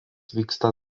vyksta